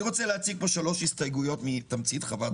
אני רוצה להציג פה שלוש הסתייגויות מתמצית חוות